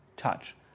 touch